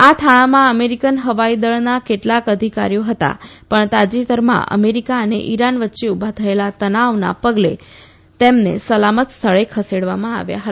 આ થાણામાં અમેરિકન હવાઈદળના કેટલાક અધિકારીઓ હતા પણ તાજેતરમાં અમેરિકા અને ઈરાન વચ્ચે ઉભા થયેલા તનાવના પગલે તેમને સલામત સ્થળે ખસેડવામાં આવ્યા હતા